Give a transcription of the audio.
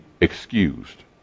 excused